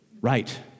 Right